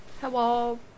Hello